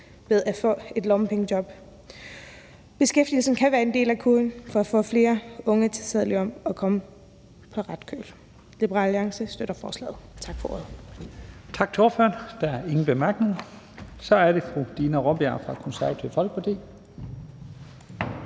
ved at få et lommepengejob. Beskæftigelsen kan være en del af koden for at få flere unge til at sadle om og komme på ret køl. Liberal Alliance støtter forslaget. Tak for ordet.